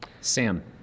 Sam